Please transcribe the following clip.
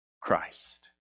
Christ